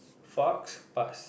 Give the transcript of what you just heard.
faux pass